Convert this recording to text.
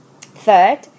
Third